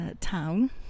town